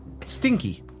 stinky